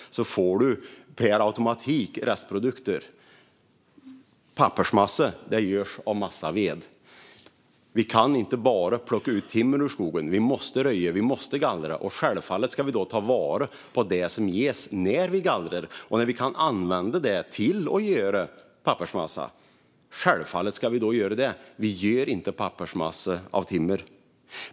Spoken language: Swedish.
Då blir det per automatik restprodukter. Pappersmassa görs av massaved. Vi kan inte bara plocka ut timmer ur skogen utan vi måste röja och gallra. Självklart ska vi ta vara på det som ges när vi gallrar. När vi kan använda det till att göra pappersmassa ska det självklart göras. Vi gör inte pappersmassa av timmer.